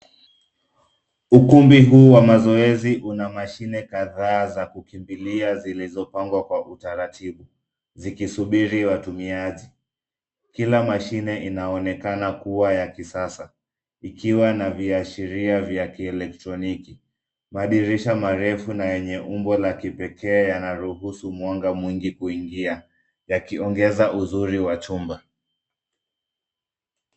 Ukumbi huu wa mazoezi una mashine kadhaa za kukimbilia zilizopangwa kwa utaratibu. Zikisubiri watumiaji. Kila mashine inaonekana kuwa ya kisasa, ikiwa na viashiria vya kielektroniki. Madirisha marefu na yenye umbo la kipekee yanaruhusu mwanga mwingi kuingia. Yakiongeza uzuri wa chumba.